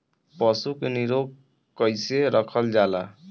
पशु के निरोग कईसे रखल जाला?